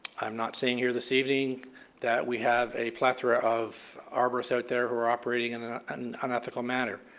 i'm not saying here this evening that we have a plethora of arbourists out there who are operating in an ah an unethical manner.